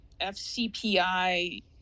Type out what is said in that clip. fcpi